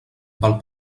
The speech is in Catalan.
val